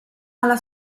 alla